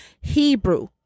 Hebrew